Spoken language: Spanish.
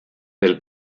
del